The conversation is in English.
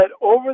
over